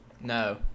No